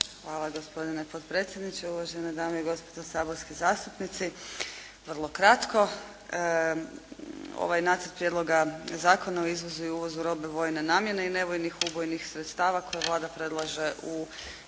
Hvala gospodine potpredsjedniče, uvažene dame i gospodo saborski zastupnici. Vrlo kratko. Ovaj Nacrt Prijedloga Zakona o izvozu i uvozu robe vojne namjene i nevojnih ubojnih sredstava koji Vlada predlaže u